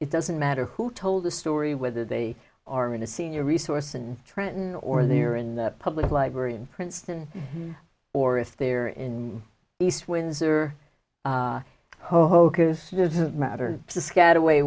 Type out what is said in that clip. it doesn't matter who told the story whether they are in a senior resource and trenton or they're in the public library in princeton or if they're in east windsor hokus does it matter just get away